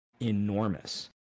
enormous